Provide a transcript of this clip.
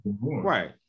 right